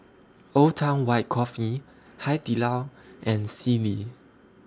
Old Town White Coffee Hai Di Lao and Sealy